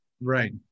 Right